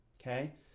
okay